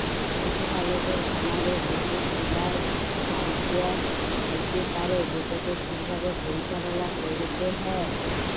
পশুপালকের খামারে বহুত গুলাল ছমচ্যা হ্যইতে পারে যেটকে ঠিকভাবে পরিচাললা ক্যইরতে হ্যয়